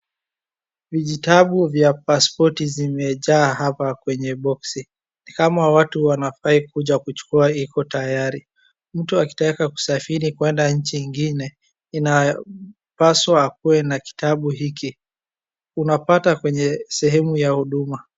Vijitabu vya paspoti zimejaa hapa kwenye boksi. Nikama watu wanafai kuja kuchukua iko tayari. Mtu akitaka kusafiri kwenda nchi nyingine inapaswa akuwe na kitabu hiki. Unapata kwenye sehemu ya huduma.